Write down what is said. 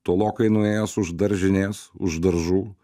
tolokai nuėjęs už daržinės už daržų